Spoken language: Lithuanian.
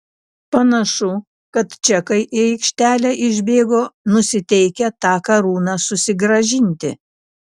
panašu kad čekai į aikštelę išbėgo nusiteikę tą karūną susigrąžinti